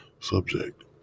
subject